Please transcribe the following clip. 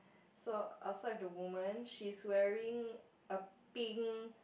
so outside the woman she's wearing a pink